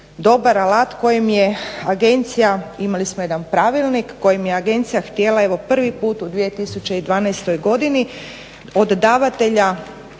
dobar alat kojim je agencija, imali smo jedan pravilnik kojim je agencija htjela prvi puta u 2012.godini od davatelja